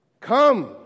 Come